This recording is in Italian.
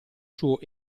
suo